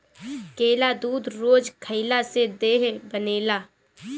केला दूध रोज खइला से देहि बनेला